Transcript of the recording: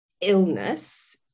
illness